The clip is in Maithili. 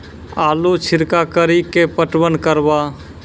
आलू छिरका कड़ी के पटवन करवा?